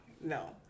No